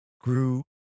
grew